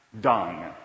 dung